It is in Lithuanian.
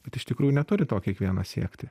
bet iš tikrųjų neturi to kiekvienas siekti